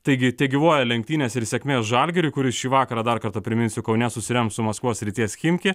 taigi tegyvuoja lenktynės ir sėkmė žalgiriui kuris šį vakarą dar kartą priminsiu kaune susirems su maskvos srities chimki